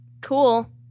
cool